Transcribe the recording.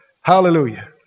hallelujah